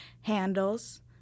handles